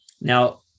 Now